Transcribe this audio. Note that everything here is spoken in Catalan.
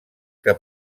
que